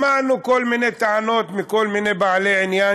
שמענו כל מיני טענות מכל מיני בעלי עניין